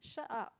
shut up